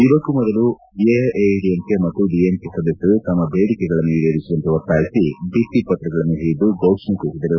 ಇದಕ್ಕೂ ಮೊದಲು ಎಐಎಡಿಎಂಕೆ ಮತ್ತು ಡಿಎಂಕೆ ಸದಸ್ಯರು ತಮ್ನ ಬೇಡಿಕೆಗಳನ್ನು ಈಡೇರಿಸುವಂತೆ ಒತ್ತಾಯಿಸಿ ಬಿತ್ತಿ ಪತ್ರಗಳನ್ನು ಹಿಡಿದು ಘೋಷಣೆ ಕೂಗಿದರು